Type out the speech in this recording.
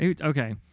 Okay